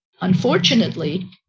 unfortunately